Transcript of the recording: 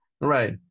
Right